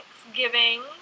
thanksgiving